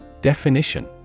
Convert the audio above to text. Definition